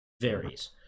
Varies